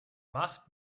macht